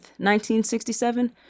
1967